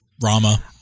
Rama